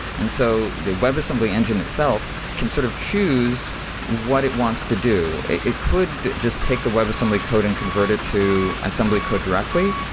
and so the webassembly engine itself can sort of choose what it wants to do. it could just take the webassembly code and convert it to assembly code directly.